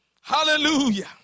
Hallelujah